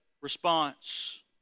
response